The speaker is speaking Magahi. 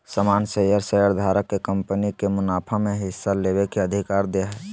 सामान्य शेयर शेयरधारक के कंपनी के मुनाफा में हिस्सा लेबे के अधिकार दे हय